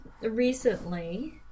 recently